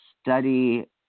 study